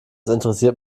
interessiert